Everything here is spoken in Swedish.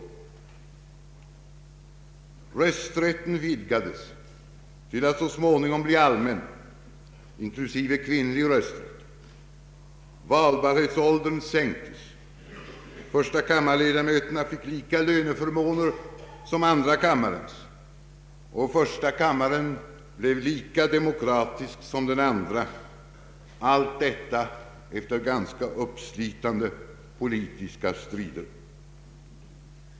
Rösträtten vidgades till att så småningom bli allmän, inklusive kvinnlig rösträtt, valbarhetsåldern sänktes, förstakammarledamöterna fick lika löneförmåner som andra kammarens och första kammaren blev lika demokratisk som den andra — allt detta efter ganska uppslitande politiska strider.